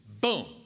Boom